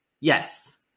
Yes